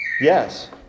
Yes